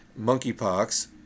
monkeypox